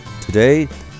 Today